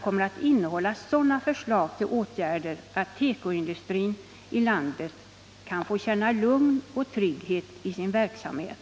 kommer att innehålla sådana förslag till åtgärder att tekoindustrin i landet kan få känna lugn och trygghet i sin verksamhet.